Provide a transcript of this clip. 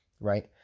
right